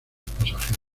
pasajeros